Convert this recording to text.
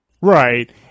right